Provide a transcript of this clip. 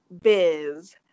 biz